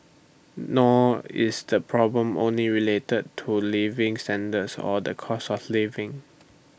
nor is the problem only related to living standards or the cost of living